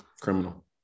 Criminal